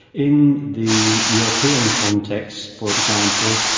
in the european context, for example,